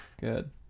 Good